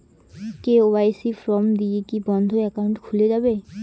KYC form দিয়ে কি বন্ধ একাউন্ট খুলে যাবে?